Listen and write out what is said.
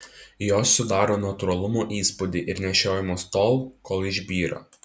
jos sudaro natūralumo įspūdį ir nešiojamos tol kol išbyra